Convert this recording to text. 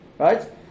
Right